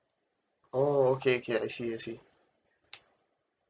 oh okay okay I see I see